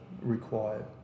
required